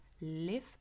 live